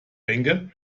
denke